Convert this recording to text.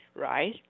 right